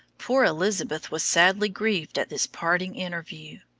poor elizabeth was sadly grieved at this parting interview.